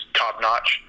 top-notch